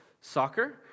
soccer